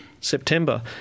September